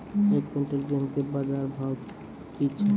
एक क्विंटल गेहूँ के बाजार भाव की छ?